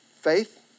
Faith